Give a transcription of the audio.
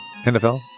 NFL